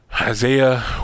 Isaiah